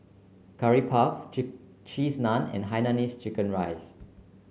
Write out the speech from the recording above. Curry Puff Cheese Naan and Hainanese Chicken Rice